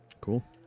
Cool